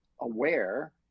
aware